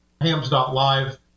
hams.live